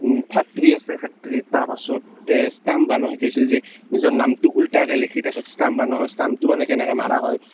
factory আছে ফেক্টৰীৰ তাৰ পাছত ষ্টাম্প বনোৱা শিকাইছিল যে নিজৰ নামটো উল্টাকৈ লিখি তাৰ পাছত ষ্টাম্প বনোৱা ষ্টাম্পটো মানে কেনেকৈ মৰা হয়